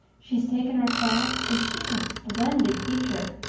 she's taken our class and she's a splendid teacher.